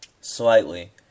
slightly